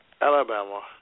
Alabama